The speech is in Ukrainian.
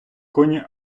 коні